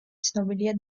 ცნობილია